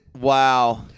Wow